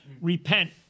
repent